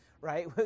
right